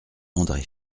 andré